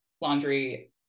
laundry